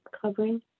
covering